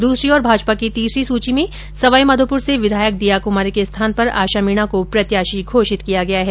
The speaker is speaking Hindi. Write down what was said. दूसरी ओर भाजपा की तीसरी सूची में सवाई माधोपुर से विधायक दीया कुमारी के स्थान पर आशा मीणा को प्रत्याशी घोषित किया गया है